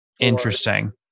interesting